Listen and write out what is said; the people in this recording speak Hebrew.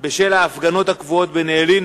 בשל ההפגנות הקבועות בנעלין,